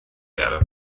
werde